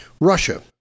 Russia